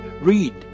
read